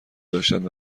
داشتند